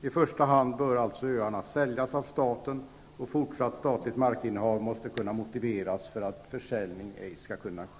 I första hand bör alltså öarna säljas av staten. Fortsatt statligt markinnehav måste kunna motiveras för att en försäljning inte skall kunna ske.